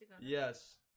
Yes